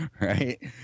right